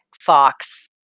fox